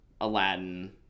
Aladdin